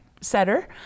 setter